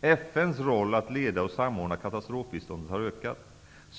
FN:s roll att leda och samordna katastrofbiståndet har ökat.